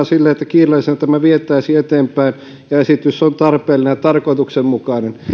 sille että kiireellisenä tämä vietäisiin eteenpäin ja esitys on tarpeellinen ja tarkoituksenmukainen